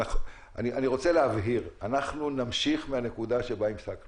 אם נמשיך את הדיון, תבואו לדיון.